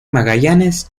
magallanes